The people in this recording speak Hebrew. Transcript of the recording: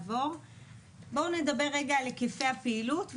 בואו נדבר על היקפי הפעילות,